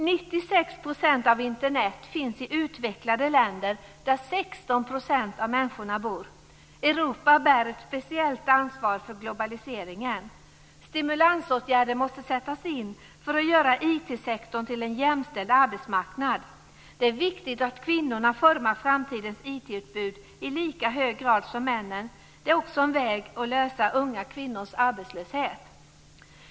96 % av Internet finns i utvecklade länder, där 16 % av människorna bor. Europa bär ett speciellt ansvar för globaliseringen. Stimulansåtgärder måste sättas in för att göra IT-sektorn till en jämställd arbetsmarknad. Det är viktigt att kvinnorna formar framtidens IT-utbud i lika hög grad som männen. Det är också en väg att lösa unga kvinnors arbetslöshet.